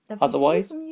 Otherwise